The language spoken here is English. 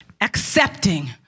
accepting